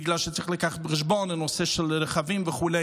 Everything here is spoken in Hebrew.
בגלל שצריך לקחת בחשבון את הנושא של רכבים וכו'.